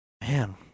man